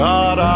God